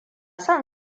son